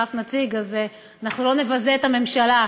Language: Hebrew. אף נציג אז אנחנו לא נבזה את הממשלה,